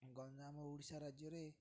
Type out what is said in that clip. ଗଞ୍ଜାମ ଓଡ଼ିଶା ରାଜ୍ୟରେ